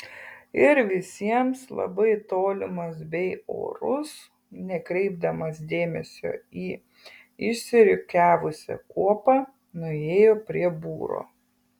ir visiems labai tolimas bei orus nekreipdamas dėmesio į išsirikiavusią kuopą nuėjo prie būro